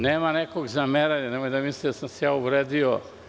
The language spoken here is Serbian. Nema nekog zameranja, nemojte misliti da sam se uvredio.